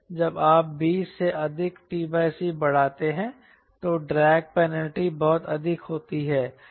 जब आप 20 से अधिक t c बढ़ाते हैं तो ड्रैग पेनल्टी बहुत अधिक होती है